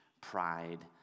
pride